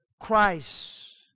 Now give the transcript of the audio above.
Christ